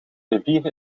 rivier